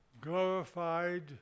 glorified